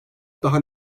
daha